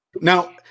now